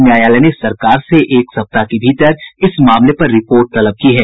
न्यायालय ने सरकार से एक सप्ताह के भीतर इस मामले पर रिपोर्ट तलब की है